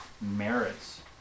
merits